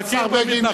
השר בגין,